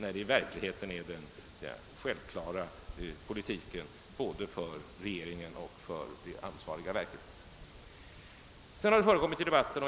I verkligheten är det fråga om självklar politik för både regeringen och de ansvariga inom verken.